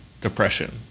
depression